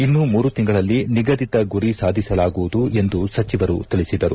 ಇನ್ನು ಮೂರು ತಿಂಗಳಲ್ಲಿ ನಿಗದಿತ ಗುರಿ ಸಾಧಿಸಲಾಗುವುದು ಎಂದು ಸಚಿವರು ತಿಳಿಸಿದರು